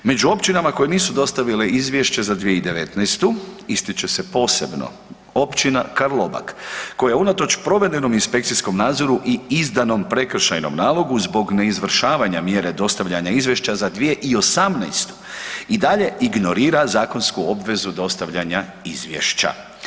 Među općinama koje nisu dostavili izvješće za 2019. ističe se posebno općina Karlobag koja unatoč provedenom inspekcijskom nadzoru i izdanom prekršajnom nalogu zbog neizvršavanja mjere dostavljanja izvješća za 2018. i dalje ignorira zakonsku obvezu dostavljanja izvješća.